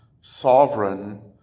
sovereign